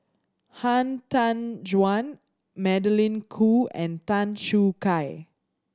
Han Tan Juan Magdalene Khoo and Tan Choo Kai